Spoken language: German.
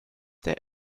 der